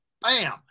Bam